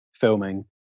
filming